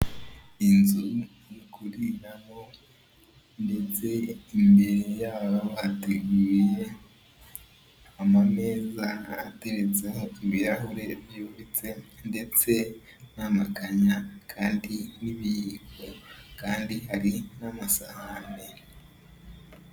Inzu yo kuriramo ndetse imbere yaho hateguye amameza ateretseho ibirahure byubitse ndetse n'amakanya kandi n'ibiyiko kandi hari n'amasahane.